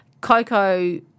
Coco